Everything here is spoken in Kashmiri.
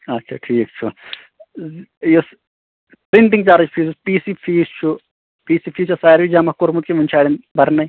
اچھا ٹھیٖک چھُ یُس printing charge fees P C fees چھُ پی سی فیٖس چھا ساروٕے جمع کوٚرمُت کِنہِ وٕنہِ چھُ اڑٮ۪ن بَرنَے